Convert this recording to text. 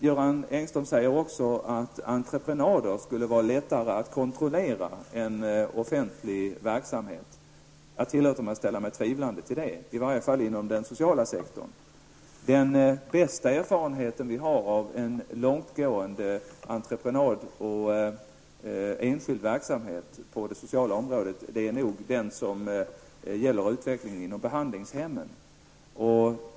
Göran Engström sade också att entreprenader skulle vara lättare att kontrollera än offentlig verksamhet. Jag tillåter mig att ställa mig tvivlande till detta, i varje fall när det gäller den sociala sektorn. Den bästa erfarenheten som vi har av en långtgående entreprenad och enskild verksamhet på det sociala området är nog den som gäller utvecklingen inom behandlingshemmen.